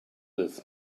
this